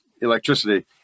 electricity